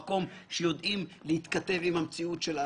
והוא יכול לדבר עם אחד הבכירים אצלכם במשרד,